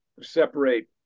separate